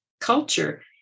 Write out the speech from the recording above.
culture